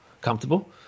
comfortable